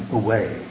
away